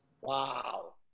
Wow